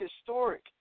historic